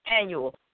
annual